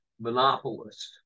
monopolist